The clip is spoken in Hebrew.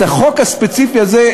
את החוק הספציפי הזה,